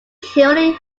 currently